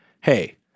Hey